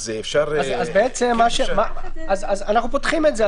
אנחנו פותחים את זה,